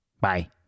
Bye